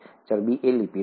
ચરબી એ લિપિડ છે